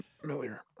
familiar